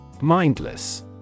Mindless